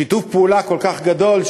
שיתוף פעולה כל כך גדול,